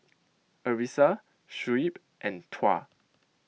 Arissa Shuib and Tuah